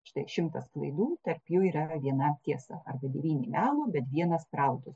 štai šimtas klaidų tarp jų yra viena tiesa apie dvynį melu bet vienas pravdus